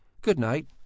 good-night